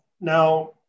Now